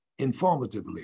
informatively